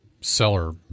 seller